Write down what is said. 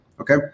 okay